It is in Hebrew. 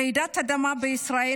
רעידות אדמה בישראל,